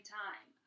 time